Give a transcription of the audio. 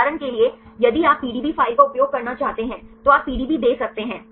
उदाहरण के लिए यदि आप पीडीबी फाइल का उपयोग करना चाहते हैं तो आप पीडीबी दे सकते हैं